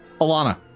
Alana